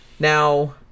Now